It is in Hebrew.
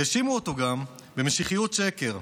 האשימו אותו גם במשיחיות שקר,